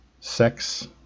sex